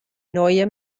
neue